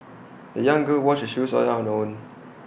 the young girl washed her shoes on her own